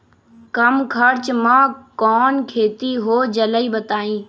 कम खर्च म कौन खेती हो जलई बताई?